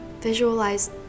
Visualize